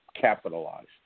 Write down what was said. capitalized